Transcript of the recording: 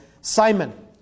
Simon